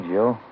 Joe